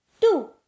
two